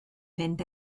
fynd